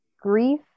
grief